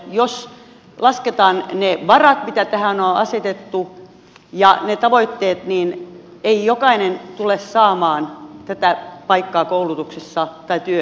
jos lasketaan ne varat ja tavoitteet mitä tähän on asetettu niin ei jokainen tule saamaan tätä paikkaa koulutuksessa tai työelämässä